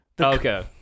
okay